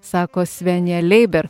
sako svenija leiber